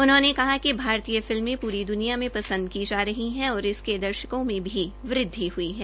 उन्होंने कहा कि भारतीय फिल्में पूरी द्रनिया में पसंद की जा रही है और इसके दर्शकों में भी वृद्वि हुई है